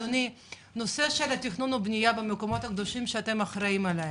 נושא של תכנון ובנייה במקומות הקדושים שאתם אחראיים עליהם.